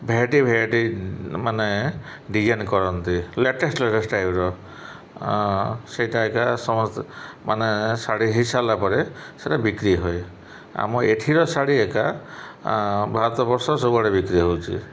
variety variety ମାନେ design କରନ୍ତି latest latest ଟାଇପର ସେଇଟା ଏକା ସମସ୍ତେ ମାନେ ଶାଢ଼ୀ ହେଇସାରିଲା ପରେ ସେଇଟା ବିକ୍ରି ହୁଏ ଆମ ଏଠିର ଶାଢ଼ୀ ଏକା ଭାରତ ବର୍ଷ ସବୁଆଡ଼େ ବିକ୍ରି ହଉଛି